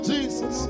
Jesus